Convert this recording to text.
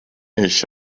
ich